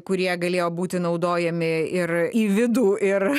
kurie galėjo būti naudojami ir į vidų ir